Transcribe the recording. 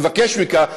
אני מבקש ממך,